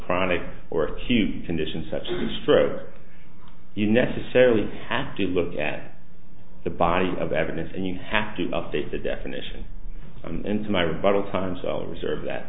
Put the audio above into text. chronic or acute conditions such as a stroke you necessarily have to look at the body of evidence and you have to update the definition into my rebuttal time so i'll reserve that